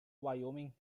wyoming